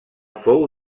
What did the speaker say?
fou